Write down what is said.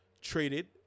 traded